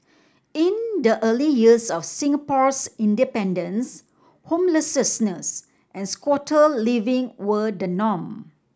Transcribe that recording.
in the early years of Singapore's independence homelessness and squatter living were the norm